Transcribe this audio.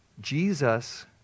Jesus